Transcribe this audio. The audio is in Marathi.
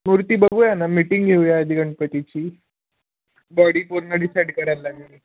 मूर्ती बघूया ना मीटिंग घेऊया आधी गणपतीची बॉडी पूर्ण डिसाईड करायला लाग